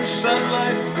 sunlight